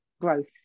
growth